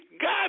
God